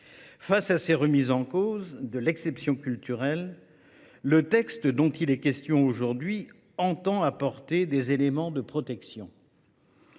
Face à ces remises en cause de l’exception culturelle, le texte dont il est question aujourd’hui tend à apporter des éléments de protection.